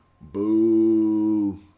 Boo